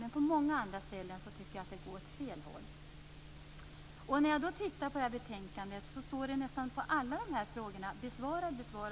Men på många andra ställen tycker jag att det går åt fel håll. När jag då tittar i det här betänkandet ser jag att det efter nästan alla de här frågorna står besvarad. Ja,